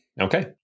Okay